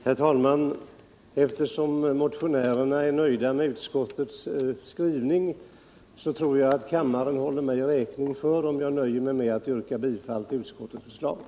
Herr talman! Eftersom motionärerna är nöjda med utskottets skrivning, tror jag att kammarens ledamöter håller mig räkning för att jag nöjer mig med att yrka bifall till utskottets hemställan.